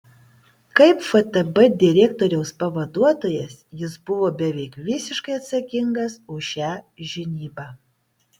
kaip ftb direktoriaus pavaduotojas jis buvo beveik visiškai atsakingas už šią žinybą